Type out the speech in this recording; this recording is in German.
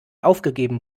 aufgegeben